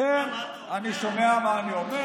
כן, אני שומע מה אני אומר.